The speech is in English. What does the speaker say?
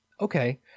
okay